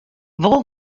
wol